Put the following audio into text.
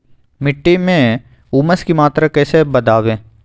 मिट्टी में ऊमस की मात्रा कैसे बदाबे?